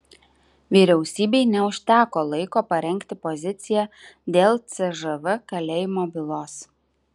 vyriausybei neužteko laiko parengti poziciją dėl cžv kalėjimo bylos